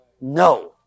No